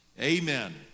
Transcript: amen